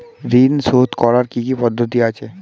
ঋন শোধ করার কি কি পদ্ধতি আছে?